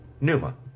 Numa